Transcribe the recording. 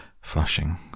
flushing